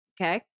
okay